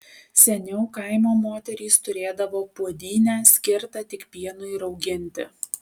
seniau kaimo moterys turėdavo puodynę skirtą tik pienui rauginti